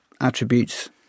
attributes